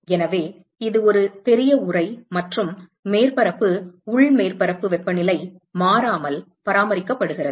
எனவே இது ஒரு பெரிய உறை மற்றும் மேற்பரப்பு உள் மேற்பரப்பு வெப்பநிலை மாறாமல் பராமரிக்கப்படுகிறது